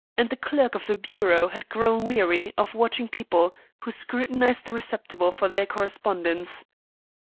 and the clerk of the bureau had grown weary of watching people who scrutinized the receptacle for their correspondence.